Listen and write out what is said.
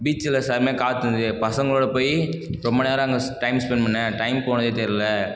பீச்சில் செமையாக காற்று இருந்தது பசங்களோடு போய் ரொம்ப நேரம் அங்கே ஸ் டைம் ஸ்பெண்ட் பண்ணிணேன் டைம் போனதே தெரிலை